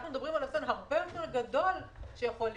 אנחנו מדברים על אסון הרבה יותר גדול שיכול להיות.